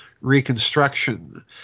reconstruction